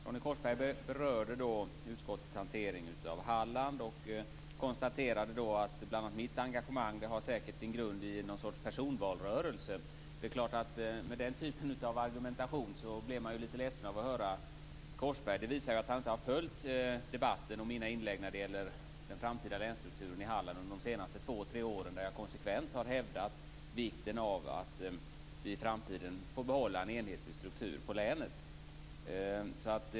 Herr talman! Ronny Korsberg berörde utskottets hantering av Halland och konstaterade att bl.a. mitt engagemang säkert har sin grund i någon sorts personvalsrörelse. Man blir litet ledsen av att höra den typen av argumentation från Korsberg. Det visar att han inte har följt debatten och mina inlägg när det gäller den framtida länsstrukturen i Halland. Under de senaste två tre åren har jag konsekvent hävdat vikten av att vi i framtiden får behålla en enhetlig struktur på länet.